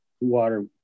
water